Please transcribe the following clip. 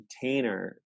container